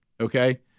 Okay